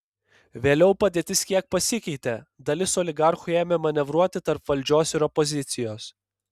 vėliau padėtis kiek pasikeitė dalis oligarchų ėmė manevruoti tarp valdžios ir opozicijos